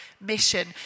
mission